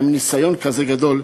עם ניסיון כזה גדול,